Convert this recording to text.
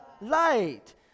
light